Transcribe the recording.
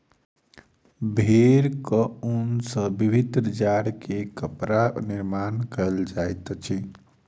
भेड़क ऊन सॅ विभिन्न जाड़ के कपड़ा निर्माण कयल जाइत अछि